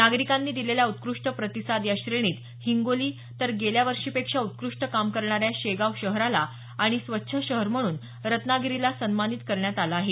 नागरिकांनी दिलेल्या उत्कृष्ट प्रतिसाद या श्रेणीत हिंगोली तर गेल्या वर्षीपेक्षा उत्कृष्ट काम करणाऱ्या शेगाव शहराला आणि स्वच्छ शहर म्हणून रत्नागिरीला सन्मानित करण्यात आलं आहे